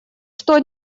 что